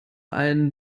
einen